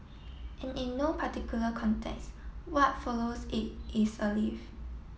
and in no particular context what follows it is a leaf